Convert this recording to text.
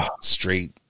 straight